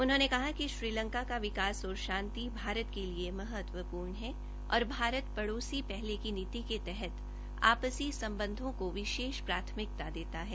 उन्होंने कहा कि श्रीलंका का विकास और शांति भारत के लिए महत्वपूर्ण हैं और भारत पड़ोसी पहले की नीति के तहत आपसी संबंधों को विशेष प्राथमिकता देता है